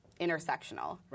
intersectional